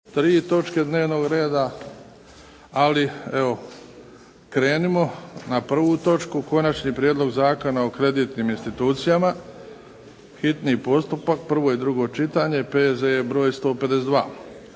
Luka (HDZ)** Ali evo krenimo na prvu točku - Konačni prijedlog zakona o kreditnim institucijama, hitni postupak, prvo i drugo čitanje, P.Z.E. br. 152